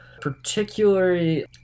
particularly